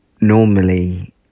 normally